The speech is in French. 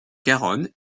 garonne